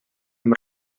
amb